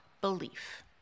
belief